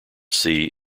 sea